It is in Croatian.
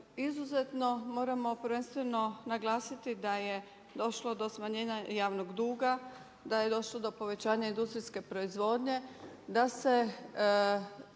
Izuzetno moramo prvenstveno naglasiti da je došlo do smanjenja javnog duga, da je došlo do povećanja industrijske proizvodnje, da se